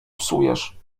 psujesz